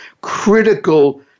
critical